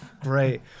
Great